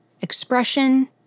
expression